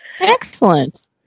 Excellent